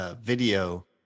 video